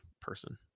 person